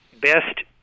best